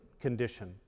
condition